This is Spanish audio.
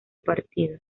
partido